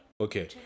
Okay